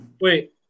Wait